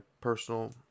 personal